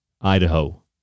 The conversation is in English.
Idaho